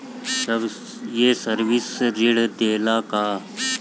ये सर्विस ऋण देला का?